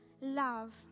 Love